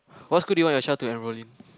what school do you want your child to enroll in